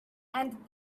and